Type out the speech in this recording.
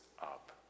up